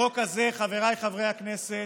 החוק הזה, חבריי חברי הכנסת,